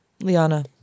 liana